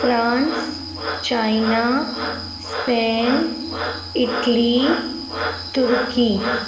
France China Spain Italy turkey